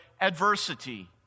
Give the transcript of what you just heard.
adversity